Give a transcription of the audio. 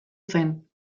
zen